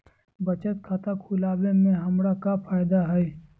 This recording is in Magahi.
बचत खाता खुला वे में हमरा का फायदा हुई?